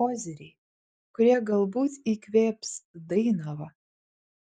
koziriai kurie galbūt įkvėps dainavą